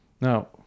now